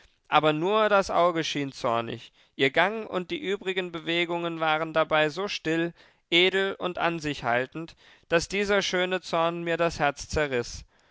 aber nur das auge schien zornig ihr gang und die übrigen bewegungen waren dabei so still edel und an sich haltend daß dieser schöne zorn mir das herz zerriß